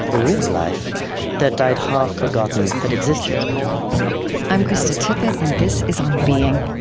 a real life that i'd half-forgotten had existed i'm krista tippett, and this is on being.